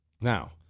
Now